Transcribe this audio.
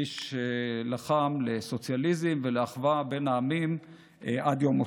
איש שלחם לסוציאליזם ולאחווה בין העמים עד יום מותו.